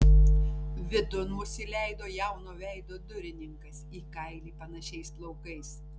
vidun mus įleido jauno veido durininkas į kailį panašiais plaukais